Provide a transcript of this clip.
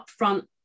upfront